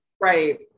Right